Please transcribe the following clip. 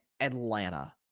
Atlanta